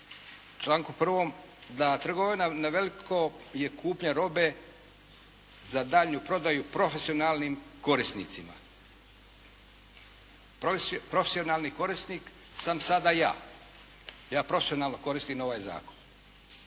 članku 1. da trgovina na veliko je kupnja robe za daljnju prodaju profesionalnim korisnicima. Profesionalni korisnik sam sada ja, ja profesionalno koristim ovaj zakon.